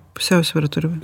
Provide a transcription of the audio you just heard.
pusiausvyra turi būt